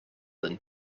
than